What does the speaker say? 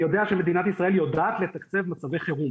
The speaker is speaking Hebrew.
אני יודע שמדינת ישראל יודעת לתקצב מצבי חירום